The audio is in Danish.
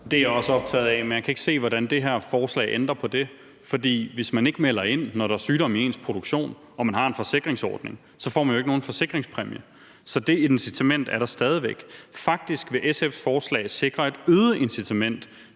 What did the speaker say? Det er jeg også optaget af, men jeg kan ikke se, hvordan det her forslag ændrer på det. Hvis ikke man melder ind, når der er sygdom i ens produktion og man har en forsikringsordning, får man jo ikke nogen forsikringspræmie. Så det incitament er der stadig væk. Faktisk vil SF's forslag sikre et øget incitament